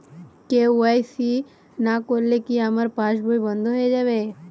KYC না করলে কি আমার পাশ বই বন্ধ হয়ে যাবে?